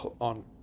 on